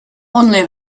only